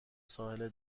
ساحل